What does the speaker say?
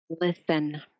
Listen